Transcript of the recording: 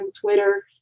Twitter